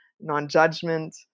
non-judgment